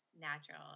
natural